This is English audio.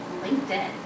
LinkedIn